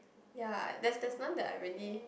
ya there's there's none that I really